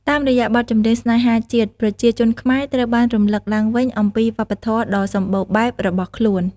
តាមរយៈបទចម្រៀងស្នេហាជាតិ ប្រជាជនខ្មែរត្រូវបានរំលឹកឡើងវិញអំពី វប្បធម៌ដ៏សម្បូរបែប របស់ខ្លួន។